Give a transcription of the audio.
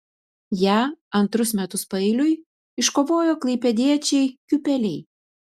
ją antrus metus paeiliui iškovojo klaipėdiečiai kiūpeliai